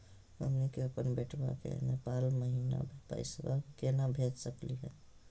हमनी के अपन बेटवा क नेपाल महिना पैसवा केना भेज सकली हे?